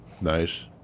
nice